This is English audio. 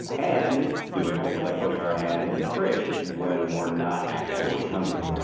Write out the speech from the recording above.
and doing things like putting our hand in the fridge when we're not actually hungry.